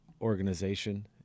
organization